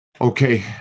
Okay